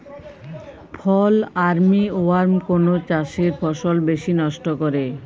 ফল armyworm কোন চাষের ফসল বেশি নষ্ট করে?